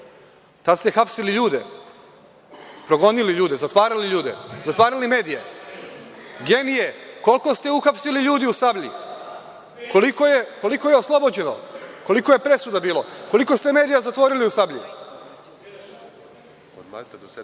Tada ste hapsili ljude, progonili ljude, zatvarali ljude, zatvarali medije. Genije, koliko ste uhapsili ljudi u „Sablji“? Koliko je oslobođeno? Koliko je presuda bilo? Koliko ste medija zatvorili u „Sablji“?